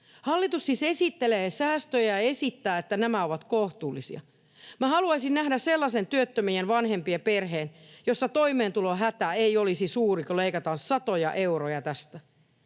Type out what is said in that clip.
Hallitus siis esittelee säästöjä ja esittää, että nämä ovat kohtuullisia. Minä haluaisin nähdä sellaisen työttömien vanhempien perheen, jossa toimeentulohätä ei olisi suuri, kun leikataan satoja euroja tästä.